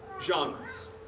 genres